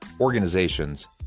organizations